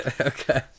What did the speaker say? Okay